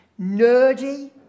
Nerdy